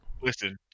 Listen